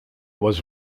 was